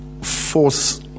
force